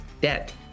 debt